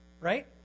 Right